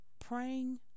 praying